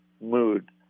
mood